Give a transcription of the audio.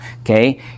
Okay